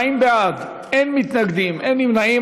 40 בעד, אין מתנגדים, אין נמנעים.